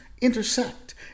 intersect